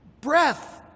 breath